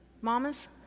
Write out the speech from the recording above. Mamas